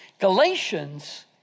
Galatians